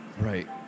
Right